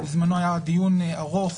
בזמנו היה דיון ארוך.